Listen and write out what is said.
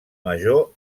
major